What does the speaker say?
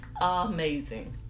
Amazing